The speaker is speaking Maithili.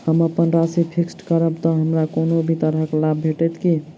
हम अप्पन राशि फिक्स्ड करब तऽ हमरा कोनो भी तरहक लाभ भेटत की?